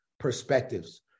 perspectives